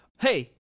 hey